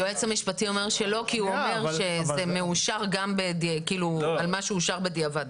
היועץ המשפטי אומר שלא כי הוא אומר שזה מאושר גם על מה שאושר בדיעבד.